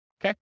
okay